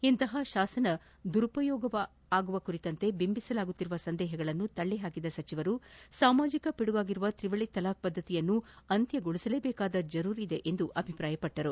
ಇಂತಹ ಶಾಸನ ದುರುಪಯೋಗವಾಗುವ ಕುರಿತಂತೆ ಬಿಂಬಿಸಲಾಗುತ್ತಿರುವ ಸಂದೇಹಗಳನ್ನು ತಳ್ಳಿಹಾಕಿದ ಸಚಿವರು ಸಾಮಾಜಿಕ ಪಿಡುಗಾಗಿರುವ ತ್ರಿವಳಿ ತಲಾಕ್ ಪದ್ದತಿಯನ್ನು ಅಂತ್ಯಗೊಳಿಸಲೇಬೇಕಾದ ಜರೂರಿದೆ ಎಂದು ಅಭಿಪ್ರಾಯಪಟ್ಟರು